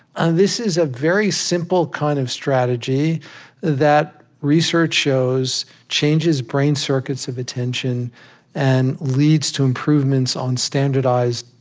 and this is a very simple kind of strategy that research shows changes brain circuits of attention and leads to improvements on standardized,